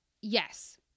Yes